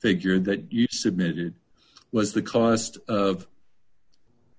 figure that you submitted was the cause of